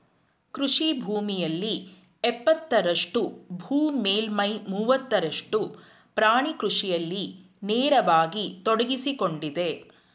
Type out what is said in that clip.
ಕೃಷಿ ಭೂಮಿಯಲ್ಲಿ ಎಪ್ಪತ್ತರಷ್ಟು ಭೂ ಮೇಲ್ಮೈಯ ಮೂವತ್ತರಷ್ಟು ಪ್ರಾಣಿ ಕೃಷಿಯಲ್ಲಿ ನೇರವಾಗಿ ತೊಡಗ್ಸಿಕೊಂಡಿದೆ